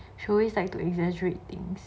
she always like to exaggerate things